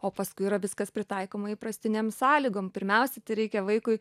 o paskui yra viskas pritaikoma įprastinėm sąlygom pirmiausia tai reikia vaikui